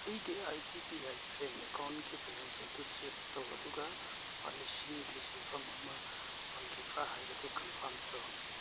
ꯑꯩꯒꯤ I D B I bank ꯑꯦꯛꯀꯥꯎꯟꯒꯤ balance ꯑꯗꯨ ꯆꯦꯛ ꯇꯧ ꯑꯗꯨꯒ ꯂꯨꯄꯥ ꯂꯤꯁꯤꯡꯒꯤ ꯁꯦꯟꯐꯝ ꯑꯃ ꯐꯪꯈꯤꯕ꯭ꯔ ꯍꯥꯏꯕꯗꯨ ꯀꯟꯐꯥꯝ ꯇꯧ